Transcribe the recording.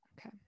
Okay